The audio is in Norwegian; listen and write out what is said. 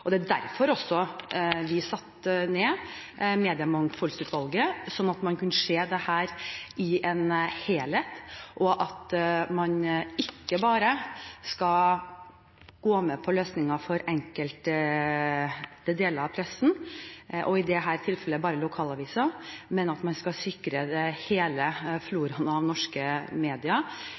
Det var derfor vi satte ned Mediemangfoldsutvalget, slik at man kunne se dette i en helhet, ikke bare gå med på løsninger for enkelte deler av pressen – og i dette tilfellet bare lokalaviser – men sikre hele floraen av norske medier når vi nå går inn i en ny tid, som krever stor omstilling av norske medier.